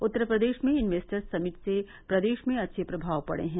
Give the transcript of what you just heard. उत्तर प्रदेश में investors summit से प्रदेश में अच्छे प्रमाव पड़े हैं